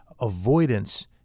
Avoidance